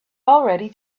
already